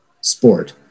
sport